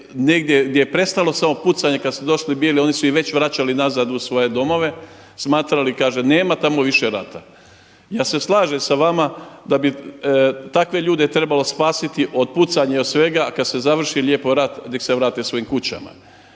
negdje gdje prestalo samo pucanje kada su došli bili oni su ih već vraćali nazad u svoje domove, smatrali kaže nema tamo više rata. Ja se slažem sa vama da bi takve ljude trebalo spasiti od pucanja i svega, a kada se završi lijepo rat nek se vrate svojim kućama.